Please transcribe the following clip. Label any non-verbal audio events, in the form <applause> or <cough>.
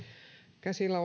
käsillä <unintelligible>